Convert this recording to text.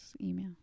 email